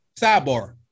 sidebar